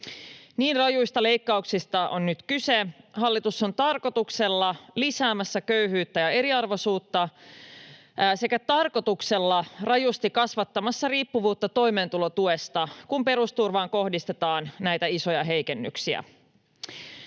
niin rajuista leikkauksista on nyt kyse. Hallitus on tarkoituksella lisäämässä köyhyyttä ja eriarvoisuutta sekä tarkoituksella rajusti kasvattamassa riippuvuutta toimeentulotuesta, kun perusturvaan kohdistetaan näitä isoja heikennyksiä.